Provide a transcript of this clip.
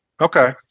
Okay